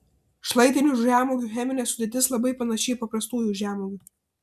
šlaitinių žemuogių cheminė sudėtis labai panaši į paprastųjų žemuogių